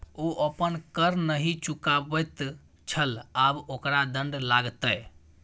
ओ अपन कर नहि चुकाबैत छल आब ओकरा दण्ड लागतै